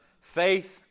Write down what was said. faith